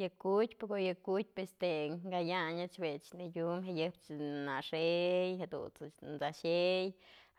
Yë ku'utpyë, ko'o yë yë ku'utpyë este kayanyëch jue adyum jëyëp naxey, jadut's t'saxëy,